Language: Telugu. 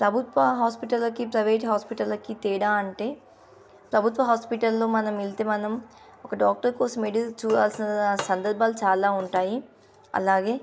ప్రభుత్వ హాస్పిటల్కి ప్రైవేట్ హాస్పిటల్కి తేడా అంటే ప్రభుత్వ హాస్పిటల్లో మనం వెళ్తే మనం ఒక డాక్టర్ కోసం వేచి చూడాల్సిన సందర్భాలు చాలా ఉంటాయి అలాగే